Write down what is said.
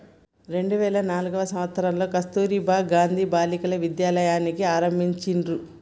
రెండు వేల నాల్గవ సంవచ్చరంలో కస్తుర్బా గాంధీ బాలికా విద్యాలయని ఆరంభించిర్రు